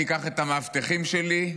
אני אקח את המאבטחים שלי,